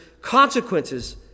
consequences